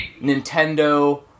Nintendo